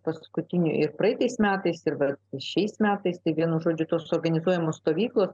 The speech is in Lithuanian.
paskutinių ir praeitais metais ir dar šiais metais tik vienu žodžiu tos organizuojamos stovyklos